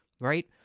right